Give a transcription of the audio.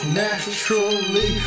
naturally